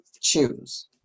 choose